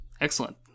Excellent